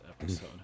episode